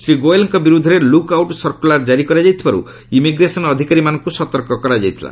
ଶ୍ରୀ ଗୋଏଲଙ୍କ ବିରୁଦ୍ଧରେ lookout circular ଜାରି କରାଯାଇଥିବାରୁ ଇମିଗ୍ରେସନ ଅଧିକାରୀମାନଙ୍କୁ ସତର୍କ କରାଯାଇଥିଲା